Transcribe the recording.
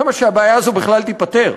למה שהבעיה הזאת בכלל תיפתר?